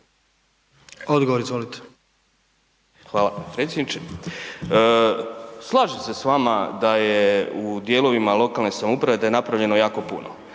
Miro (HDZ)** Hvala predsjedniče. Slažem se s vama da je u dijelovima lokalne samouprave da je napravljeno jako puno,